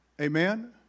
Amen